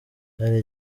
cyari